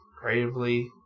Creatively